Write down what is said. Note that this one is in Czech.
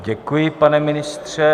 Děkuji, pane ministře.